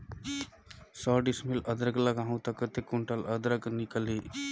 सौ डिसमिल अदरक लगाहूं ता कतेक कुंटल अदरक निकल ही?